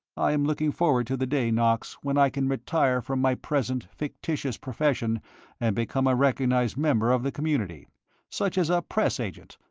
i am looking forward to the day, knox, when i can retire from my present fictitious profession and become a recognized member of the community such as a press agent,